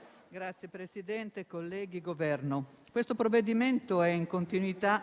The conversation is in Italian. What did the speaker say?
rappresentanti del Governo, il provvedimento in esame è in continuità